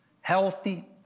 healthy